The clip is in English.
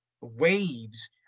waves